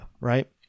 Right